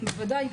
כן, בוודאי.